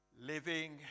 living